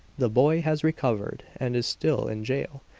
the boy has recovered and is still in jail,